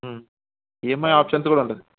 EMI options కూడా ఉంటుంది